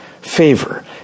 favor